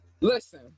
listen